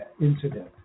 incident